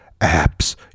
apps